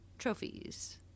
trophies